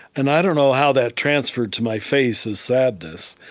and i don't know how that transferred to my face as sadness,